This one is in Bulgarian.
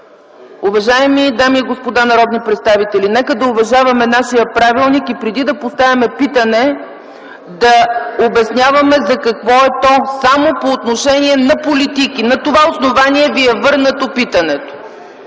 Уважаеми дами и господа народни представители, нека да уважаваме нашия правилник и преди да поставим питане, да обясняваме за какво е то само по отношение на политики. На това основание Ви е върнато питането.